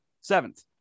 seventh